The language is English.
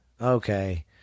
Okay